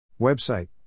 Website